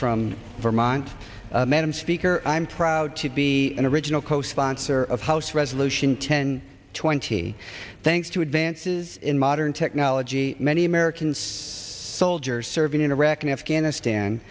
from vermont madam speaker i'm proud to be an original co sponsor of house resolution ten twenty thanks to advances in modern technology men americans soldiers serving in iraq and afghanistan